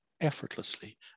effortlessly